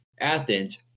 Athens